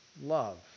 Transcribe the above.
love